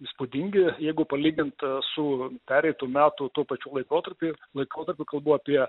įspūdingi jeigu palygint su pereitų metų tuo pačiu laikotarpiu laikotarpiu kalbu apie